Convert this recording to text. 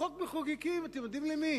חוק מחוקקים, אתם יודעים למי?